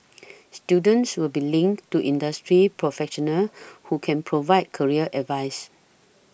students will be linked to industry professionals who can provide career advice